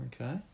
Okay